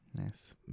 Nice